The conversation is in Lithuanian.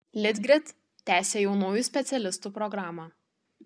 litgrid tęsia jaunųjų specialistų programą